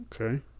Okay